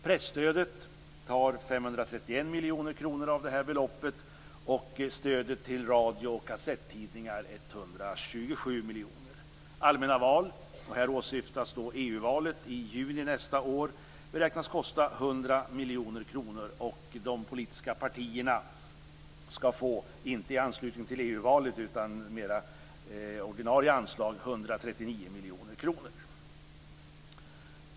Presstödet tar 531 miljoner kronor av det här beloppet, och stödet till radio och kassettidningar tar 127 miljoner kronor. beräknas kosta 100 miljoner kronor, och de politiska partierna skall få - inte i anslutning till EU-valet utan som mera ordinarie anslag - 139 miljoner kronor.